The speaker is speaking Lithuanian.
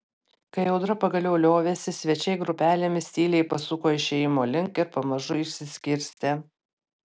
kai audra pagaliau liovėsi svečiai grupelėmis tyliai pasuko išėjimo link ir pamažu išsiskirstė